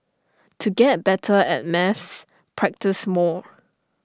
to get better at maths practise more